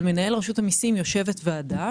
מעל מנהל רשות המסים יושבת ועדה,